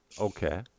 Okay